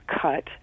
cut